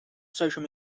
social